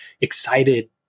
excited